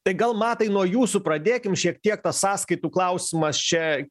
tai gal matai nuo jūsų pradėkim šiek tiek tas sąskaitų klausimas čia